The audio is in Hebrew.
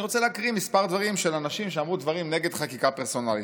ואני רוצה להקריא כמה דברים של אנשים שאמרו דברים נגד חקיקה פרסונלית.